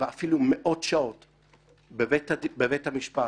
ואפילו מאות שעות בבית המשפט,